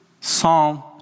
Psalm